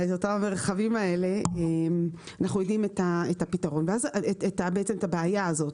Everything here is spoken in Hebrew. אנחנו יודעים את הפתרון, בעצם את הבעיה הזאת.